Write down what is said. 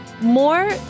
More